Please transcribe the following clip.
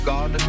God